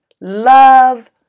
love